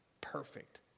perfect